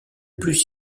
plus